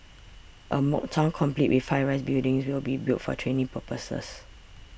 a mock town complete with high rise buildings will be built for training purposes